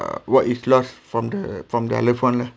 what is lost from the from the loved one lah